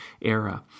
era